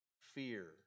fear